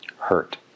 Hurt